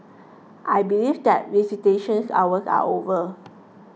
I believe that visitation hours are over